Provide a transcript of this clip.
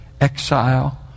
exile